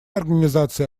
организация